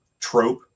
trope